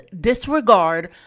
disregard